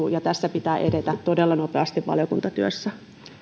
tässä asiassa pitää edetä todella nopeasti valiokuntatyössä